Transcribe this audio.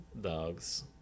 dogs